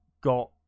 got